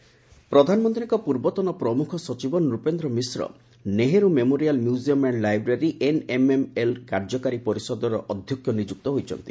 NMML ପ୍ରଧାନମନ୍ତ୍ରୀଙ୍କ ପୂର୍ବତନ ପ୍ରମୁଖ ସଚିବ ନୂପେନ୍ଦ୍ର ମିଶ୍ର ନେହେରୁ ମେମୋରିଆଲ୍ ମ୍ୟୁକ୍ରିୟମ୍ ଆ ୍ ଲାଇବ୍ରେରୀ ଏନ୍ଏମ୍ଏମ୍ଏଲ୍ କାର୍ଯ୍ୟକାରୀ ପରିଷଦର ଅଧ୍ୟକ୍ଷ ନିଯୁକ୍ତ ହୋଇଛନ୍ତି